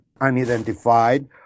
unidentified